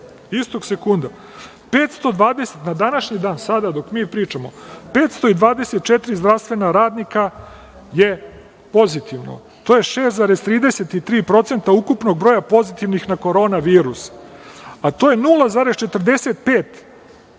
istog sekunda, 520 na današnji dan, sada dok mi pričamo 524 zdravstvena radnika je pozitivno. To je 6,33% ukupnog broja pozitivnih na Korona virus, a to je 0,45%